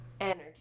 energy